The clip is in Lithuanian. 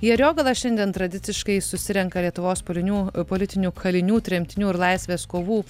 į ariogalą šiandien tradiciškai susirenka lietuvos kalinių politinių kalinių tremtinių ir laisvės kovų